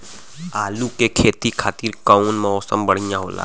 आलू के खेती खातिर कउन मौसम बढ़ियां होला?